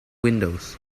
windows